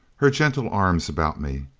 her gentle arms about me.